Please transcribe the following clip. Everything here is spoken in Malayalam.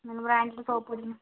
നല്ല ബ്രാൻ്റഡ് സോപ്പുപൊടിതന്നെ